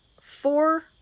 four